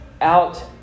out